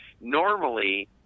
normally